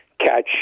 catch